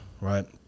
right